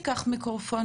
רשות האוכלוסין,